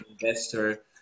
investor